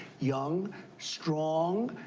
young strong.